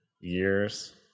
years